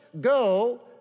go